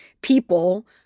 people